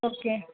okay